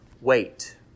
wait